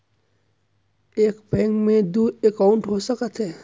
एक बैंक में दू एकाउंट हो सकत हे?